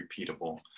repeatable